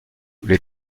les